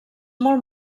molt